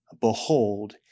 behold